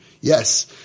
Yes